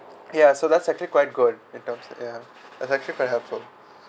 ya so that's actually quite good in terms ya it's actually quite helpful